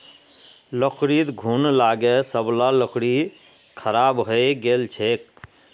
लकड़ीत घुन लागे सब ला लकड़ी खराब हइ गेल छेक